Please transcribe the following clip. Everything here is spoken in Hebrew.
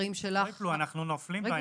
אנחנו נופלים בין הכיסאות.